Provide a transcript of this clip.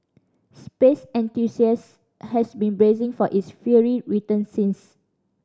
space enthusiasts has been bracing for its fiery return since